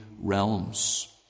realms